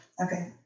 Okay